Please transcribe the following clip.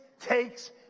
takes